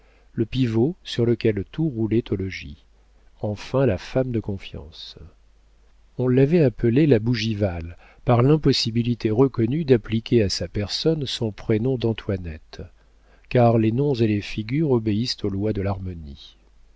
le pivot sur lequel tout roulait au logis enfin la femme de confiance on l'avait appelée la bougival par l'impossibilité reconnue d'appliquer à sa personne son prénom d'antoinette car les noms et les figures obéissent aux lois de l'harmonie